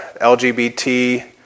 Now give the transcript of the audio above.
LGBT